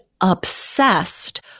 obsessed